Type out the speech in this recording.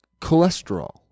cholesterol